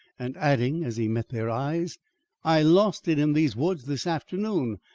and adding, as he met their eyes i lost it in these woods this afternoon.